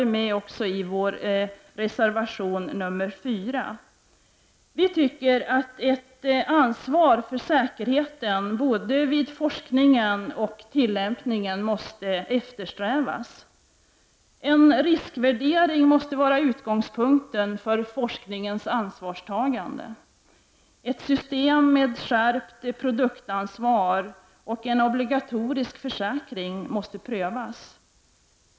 De finns också med i vår reservation 4. Vi tycker att det måste finnas ett ansvar både vid forskningen och vid tillämpningen. En riskvärdering måste vara utgångspunkten för forskningens ansvarstagande. Ett system med skärpt produktansvar och obligatorisk försäkring måste prövas.